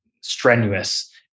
strenuous